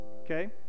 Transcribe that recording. Okay